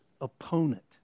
opponent